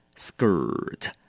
Skirt